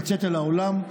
לצאת אל העולם,